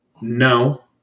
no